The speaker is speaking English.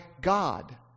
God